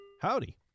Howdy